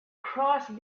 crossed